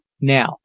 Now